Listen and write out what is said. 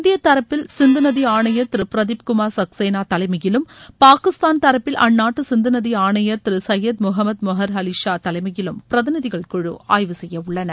இந்திய தரப்பில் சிந்து நதி ஆணையர் திரு பிரதீப் குமார் சக்சேனா தலைமையிலும் பாகிஸ்தான் தரப்பில் அந்நாட்டு சிந்து நதி ஆணையர் திரு சையத் முகமது மெஹர் அலி ஷா தலைமையிலும் பிரதிநிதிகள் குழு ஆய்வு செய்ய உள்ளனர்